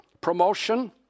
promotion